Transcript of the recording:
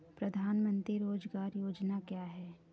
प्रधानमंत्री रोज़गार योजना क्या है?